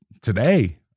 today